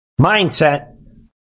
mindset